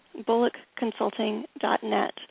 bullockconsulting.net